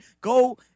Go